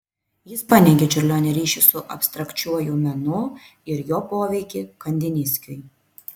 jis paneigė čiurlionio ryšį su abstrakčiuoju menu ir jo poveikį kandinskiui